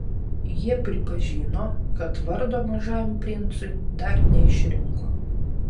jie pripažino kad vardo mažajam princui dar neišrinko